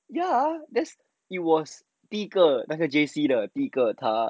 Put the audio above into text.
ya it was 第一个那个 J_C 的第一个他